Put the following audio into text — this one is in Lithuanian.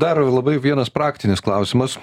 dar labai vienas praktinis klausimas